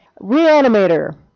Reanimator